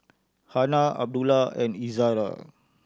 Hana Abdullah and Izzara